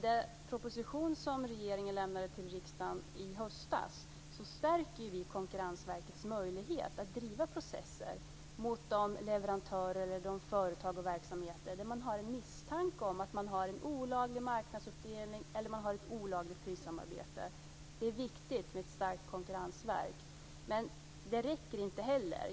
Den proposition som regeringen lämnade till riksdagen i höstas stärker Konkurrensverkets möjligheter att driva processer där man misstänker att företag och verksamheter har en olaglig marknadsuppdelning eller ett olagligt prissamarbete. Det är viktigt med ett starkt konkurrensverk, men det är inte tillräckligt.